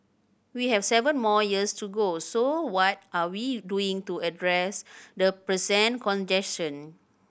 we have seven more years to go so what are we doing to address the present congestion